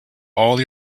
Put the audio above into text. all